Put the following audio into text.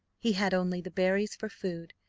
he had only the berries for food,